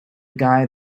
guy